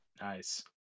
Nice